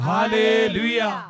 Hallelujah